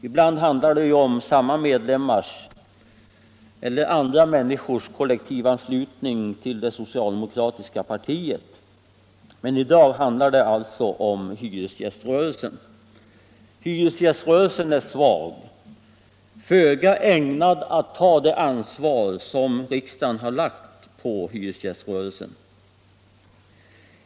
Ibland handlar det ju om kollektivanslutning till det socialdemokratiska partiet, men i dag gäller det alltså hyresgäströrelsen. Hyresgäströrelsen är svag och föga ägnad att ta det ansvar som riksdagen har lagt på den, säger herr Danell.